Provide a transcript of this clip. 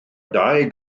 dau